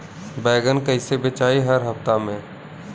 बैगन कईसे बेचाई हर हफ्ता में?